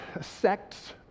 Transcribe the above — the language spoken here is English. sects